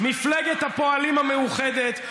מפלגת הפועלים המאוחדת,